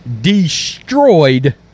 destroyed